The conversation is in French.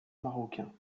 marocain